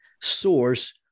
source